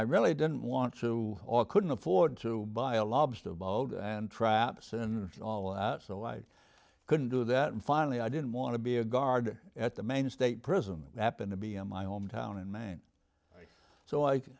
i really didn't want to or couldn't afford to buy a lobster boat and traps in all out so i couldn't do that and finally i didn't want to be a guard at the maine state prison it happened to be in my hometown in maine so i